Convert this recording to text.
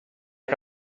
que